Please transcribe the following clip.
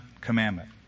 commandment